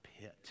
pit